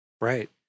Right